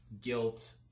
guilt